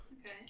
Okay